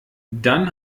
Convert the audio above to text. dann